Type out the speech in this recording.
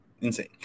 insane